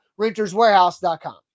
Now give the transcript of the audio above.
Renterswarehouse.com